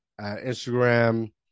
Instagram